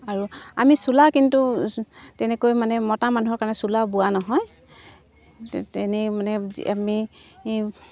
আৰু আমি চোলা কিন্তু তেনেকৈ মানে মতা মানুহৰ কাৰণে চোলা বোৱা নহয় তেনে মানে আমি